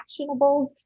actionables